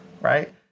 right